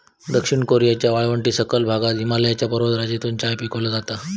दक्षिण कॅरोलिनाच्या वाळवंटी सखल भागात हिमालयाच्या पर्वतराजीतून चाय पिकवलो जाता